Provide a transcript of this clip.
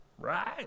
right